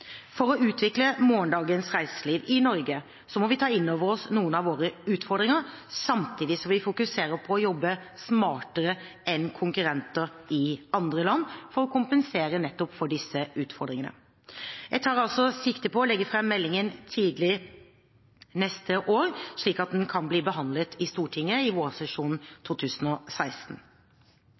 For å utvikle morgendagens reiseliv i Norge må vi ta inn over oss noen av våre utfordringer, samtidig som vi fokuserer på å jobbe smartere enn konkurrenter i andre land for å kompensere nettopp for disse utfordringene. Jeg tar sikte på å legge fram meldingen tidlig neste år, slik at den kan bli behandlet i Stortinget i vårsesjonen